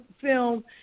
film